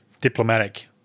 diplomatic